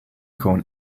corn